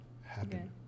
happen